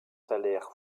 salaires